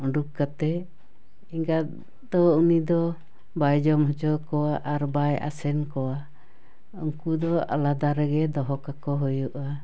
ᱩᱰᱩᱠ ᱠᱟᱛᱮ ᱮᱸᱜᱟᱛ ᱫᱚ ᱩᱱᱤ ᱫᱚ ᱵᱟᱭᱡᱚᱢ ᱦᱚᱪᱚᱣᱟᱠᱚᱣᱟ ᱟᱨ ᱵᱟᱭ ᱟᱥᱮᱱ ᱠᱚᱣᱟ ᱩᱱᱠᱩ ᱫᱚ ᱟᱞᱟᱫᱟ ᱨᱮᱜᱮ ᱫᱚᱦᱚ ᱠᱟᱠᱚ ᱦᱩᱭᱩᱜᱼᱟ